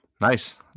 nice